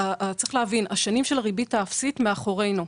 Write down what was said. צריך להבין: השנים של הריבית האפסית נמצאות מאחורינו.